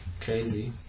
crazy